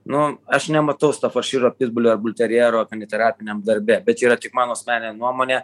nu aš nematau stofaširo pitbulio ar bulterjero kaniterapiniam darbe bet yra tik mano asmeninė nuomonė